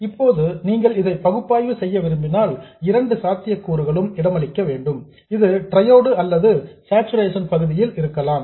இப்போது நீங்கள் இதை பகுப்பாய்வு செய்ய விரும்பினால் இரண்டு சாத்தியக்கூறுகளுக்கும் இடமளிக்க வேண்டும் இது டிரையோட் அல்லது சார்சுரேஷன் பகுதியில் இருக்கலாம்